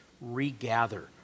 regather